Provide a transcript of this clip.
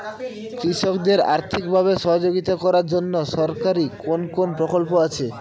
কৃষকদের আর্থিকভাবে সহযোগিতা করার জন্য সরকারি কোন কোন প্রকল্প আছে?